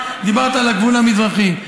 דיברת על הגבול המזרחי,